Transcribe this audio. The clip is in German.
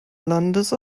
landes